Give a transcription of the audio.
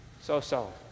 so-so